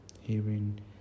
hearing